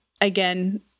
again